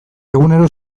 egunero